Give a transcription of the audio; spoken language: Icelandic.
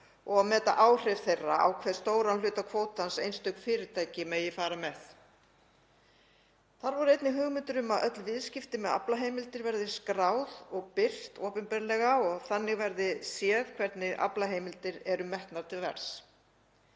og meta áhrif þeirra á hve stóran hluta kvótans einstök fyrirtæki megi fara með? Þar voru einnig hugmyndir um að öll viðskipti með aflaheimildir verði skráð og birt opinberlega og þannig verði séð hvernig aflaheimildir eru metnar til verðs.